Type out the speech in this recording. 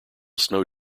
snow